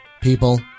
people